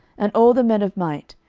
and all the men of might,